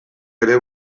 ere